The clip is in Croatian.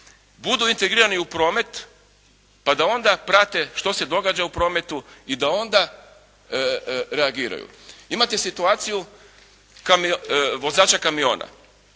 budu integrirani u promet pa da onda prate što se događa u prometu i da onda reagiraju. Imate situaciju vozača kamiona.